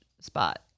spot